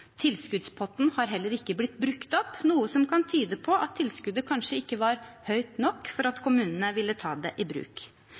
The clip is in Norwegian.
Tilskuddspotten har heller ikke blitt brukt opp, noe som kan tyde på at tilskuddet kanskje ikke var høyt nok til at